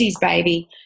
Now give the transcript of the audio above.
baby